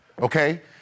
okay